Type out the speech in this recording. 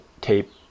tape